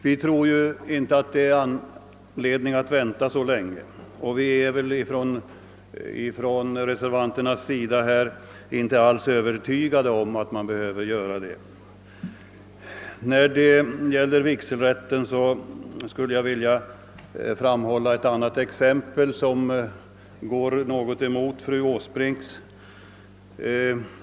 Vi tror dock inte att det finns anledning vänta så länge, vi reservanter är inte övertygade om att man behöver göra det. När det gäller vigselrätten skulle jag vilja framhålla ett annat exempel som går något emot fröken Åsbrinks.